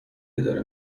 اداره